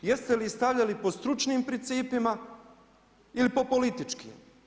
Jeste li stavljali po stručnim principima ili po političkim?